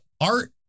art